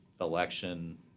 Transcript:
election